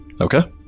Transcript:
Okay